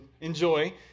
enjoy